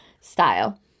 style